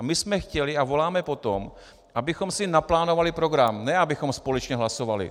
My jsme chtěli a voláme po tom, abychom si naplánovali program, ne abychom společně hlasovali.